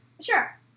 Sure